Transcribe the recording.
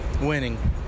Winning